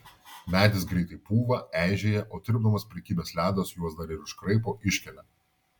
medis greitai pūva eižėja o tirpdamas prikibęs ledas juos dar ir iškraipo iškelia